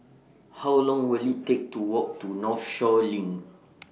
How Long Will IT Take to Walk to Northshore LINK